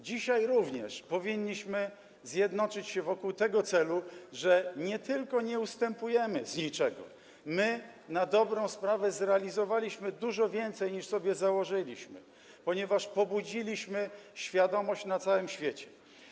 Dzisiaj również powinniśmy zjednoczyć się wokół tego celu, bo nie tylko nie ustępujemy z niczego, my na dobrą sprawę zrealizowaliśmy dużo więcej, niż sobie założyliśmy, ponieważ obudziliśmy świadomość na całym świecie.